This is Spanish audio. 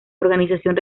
organización